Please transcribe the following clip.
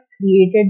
created